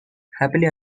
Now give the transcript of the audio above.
happily